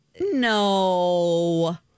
no